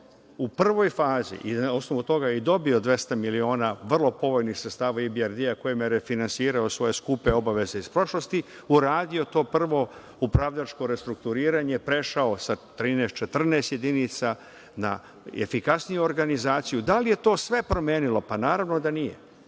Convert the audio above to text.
u prvoj fazi, na osnovu toga je i dobio 200 miliona vrlo povoljnih sredstava IBRD kojima je refinansirao svoje skupe obaveze iz prošlosti, uradio to prvo upravljačko restrukturiranje, prešao sa 13, 14 jedinica na efikasniju organizaciju. Da li je to sve promenilo? Naravno da nije,